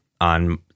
on